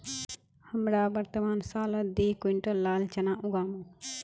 हमरा वर्तमान सालत दी क्विंटल लाल चना उगामु